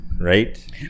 Right